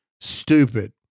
stupid